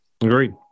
Agreed